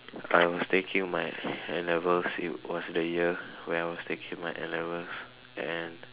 I was taking my N-levels it was the year where I was taking my N-levels and